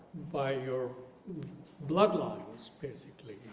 ah your bloodlines, basically,